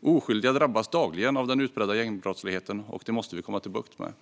Oskyldiga drabbas dagligen av den utbredda gängbrottsligheten, och detta måste vi få bukt med.